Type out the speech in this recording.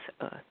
earth